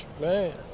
Man